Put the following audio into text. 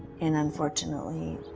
and unfortunately,